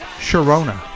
Sharona